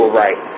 right